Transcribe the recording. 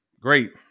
great